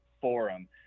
forum